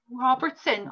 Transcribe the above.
Robertson